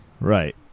Right